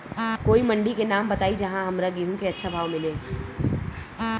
कोई मंडी के नाम बताई जहां हमरा गेहूं के अच्छा भाव मिले?